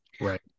Right